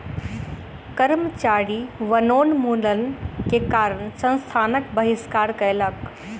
कर्मचारी वनोन्मूलन के कारण संस्थानक बहिष्कार कयलक